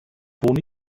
toni